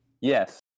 yes